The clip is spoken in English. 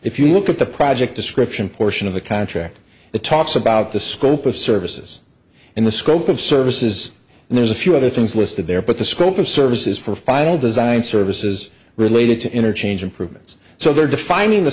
if you look at the project description portion of the contract it talks about the scope of services and the scope of services and there's a few other things listed there but the scope of services for final design services related to interchange improvements so they're defining the